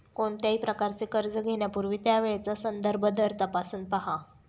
कोणत्याही प्रकारचे कर्ज घेण्यापूर्वी त्यावेळचा संदर्भ दर तपासून पहा